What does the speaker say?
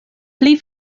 pli